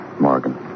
Morgan